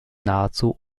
nahezu